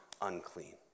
unclean